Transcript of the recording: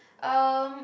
um